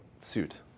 suit